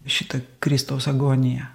šitą kristaus agoniją